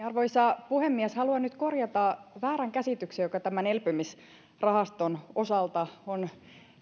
arvoisa puhemies haluan nyt korjata väärän käsityksen joka tämän elpymisrahaston osalta on